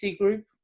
group